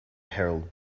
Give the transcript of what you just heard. herald